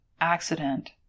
accident